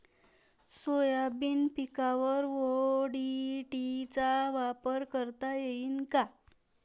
Soybean पिकावर ODT चा वापर करता येईन का?